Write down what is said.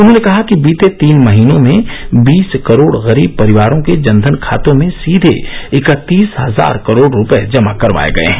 उन्होंने कहा कि बीते तीन महीनों में बीस करोड़ गरीब परिवारों के जनधन खातों में सीधे इकत्तीस हजार करोड़ रुपए जमा करवाए गए हैं